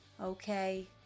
Okay